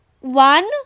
One